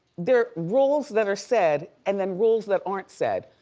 there rules that are said and then rules that aren't said.